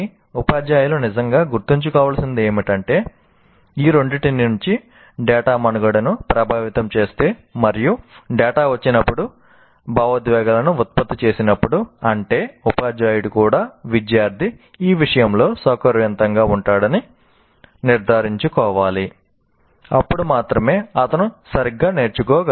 కాబట్టి ఉపాధ్యాయులు నిజంగా గుర్తుంచుకోవలసినది ఏమిటంటే ఈ రెండింటి నుండి డేటా మనుగడను ప్రభావితం చేస్తే మరియు డేటా వచ్చినప్పుడు భావోద్వేగాలను ఉత్పత్తి చేసేటప్పుడు అంటే ఉపాధ్యాయుడు కూడా విద్యార్థి ఈ విషయంలో సౌకర్యవంతంగా ఉంటాడని నిర్ధారించుకోవాలి అప్పుడు మాత్రమే అతను సరిగ్గా నేర్చుకోగలడు